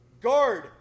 Guard